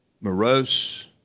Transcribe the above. Morose